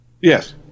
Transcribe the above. Yes